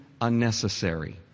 unnecessary